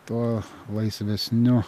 tuo laisvesniu